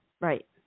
Right